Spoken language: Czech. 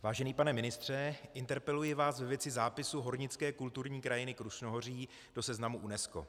Vážený pane ministře, interpeluji vás ve věci zápisu Hornické kulturní krajiny Krušnohoří do seznamu UNESCO.